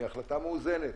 היא החלטה מאוזנת.